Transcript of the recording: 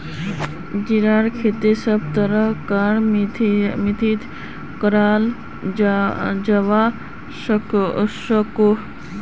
जीरार खेती सब तरह कार मित्तित कराल जवा सकोह